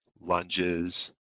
lunges